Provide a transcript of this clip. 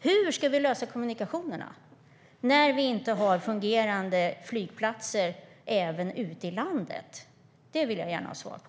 Hur ska vi lösa kommunikationerna när vi inte har fungerande flygplatser även ute i landet? Det vill jag gärna ha svar på.